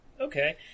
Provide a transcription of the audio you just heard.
Okay